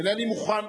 אינני מוכן,